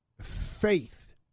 Faith